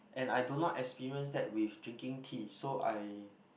and I do not experience that with drinking tea so I